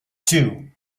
two